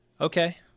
Okay